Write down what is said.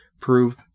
prove